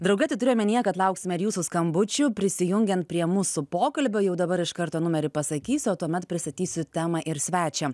drauge tai turiu omenyje kad lauksime ir jūsų skambučių prisijungiant prie mūsų pokalbio jau dabar iš karto numerį pasakysiu o tuomet pristatysiu temą ir svečią